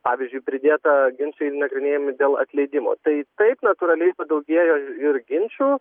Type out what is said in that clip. pavyzdžiui pridėta ginčai nagrinėjami dėl atleidimo tai taip natūraliai padaugėjo ir ginčų